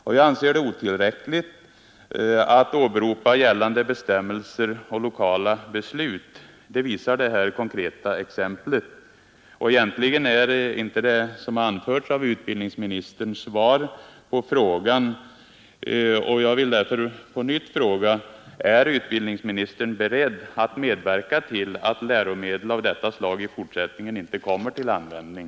Det är otillräckligt att åberopa gällande bestämmelser och lokala beslut — det visar det här konkreta exemplet. Egentligen är inte det som anförts av utbildningsministern svar på frågan, och jag vill därför på nytt fråga: Är utbildningsministern beredd att medverka till att läromedel av detta slag i fortsättningen inte kommer till användning?